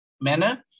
manner